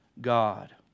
God